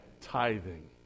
Tithing